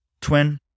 twin